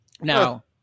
Now